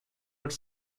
als